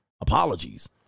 apologies